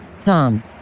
Thumb